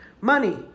money